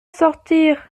sortir